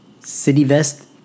CityVest